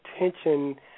attention